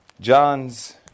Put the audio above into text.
John's